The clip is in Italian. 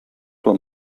tua